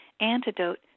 antidote